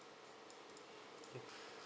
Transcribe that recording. okay